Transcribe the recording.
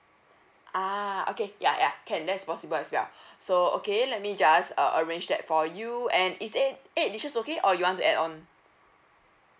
ah okay ya ya can that is possible as well so okay let me just uh arrange that for you and is eight eight dishes okay or you want to add on